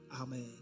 Amen